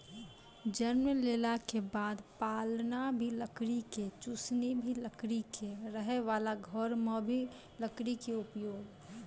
जन्म लेला के बाद पालना भी लकड़ी के, चुसनी भी लकड़ी के, रहै वाला घर मॅ भी लकड़ी के उपयोग